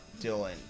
Dylan